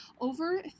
over